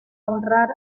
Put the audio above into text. honrar